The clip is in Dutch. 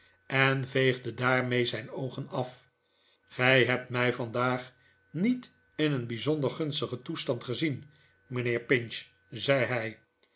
eh veegde daarmee zijn oogen af gij hebt mij vandaag niet in een bijzonder gunstigen toestand gezien mijnheer pinch zei hij